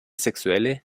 sexuelle